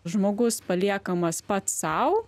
žmogus paliekamas pats sau